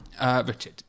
Richard